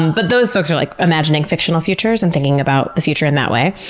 and but those folks are like imagining fictional futures and thinking about the future in that way.